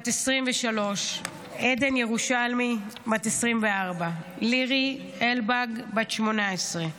בת 23, עדן ירושלמי, בת 24; לירי אלבג, בת 18,